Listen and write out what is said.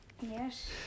Yes